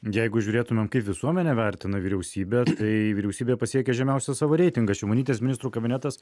jeigu žiūrėtumėm kaip visuomenė vertina vyriausybę tai vyriausybė pasiekė žemiausią savo reitingą šimonytės ministrų kabinetas